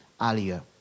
earlier